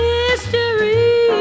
history